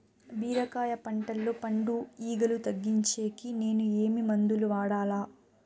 బీరకాయ పంటల్లో పండు ఈగలు తగ్గించేకి నేను ఏమి మందులు వాడాలా?